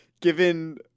given